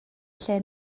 lle